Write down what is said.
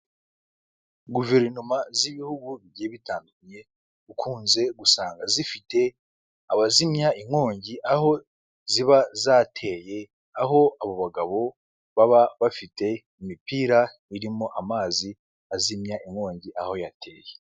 Guverinoma z'ibihugu bitandukanye, ukunze gusanga zifite abazimya inkongi aho ziba zateye, aho abo bagabo baba bafite imipira irimo amazi azimya inkongi aho yateye.